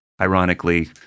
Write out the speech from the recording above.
ironically –